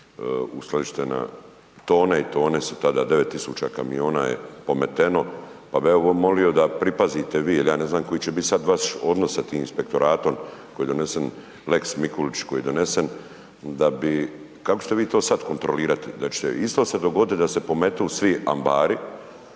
uskladištena, tone i tone su tada, 9000 kamiona je pometeno, pa bi ja evo molio da pripazite vi jel ja ne znam koji će bit sad vaš odnos sa tim Inspektoratom koji je donesen lex Mikulić, koji je donesen da bi, kako ćete vi to sad kontrolirat, da će se isto se dogodit da se pometu svi ambari,